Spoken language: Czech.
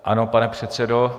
Ano, pane předsedo.